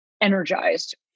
energized